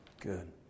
Good